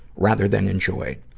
rather than enjoyed.